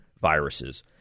viruses